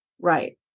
Right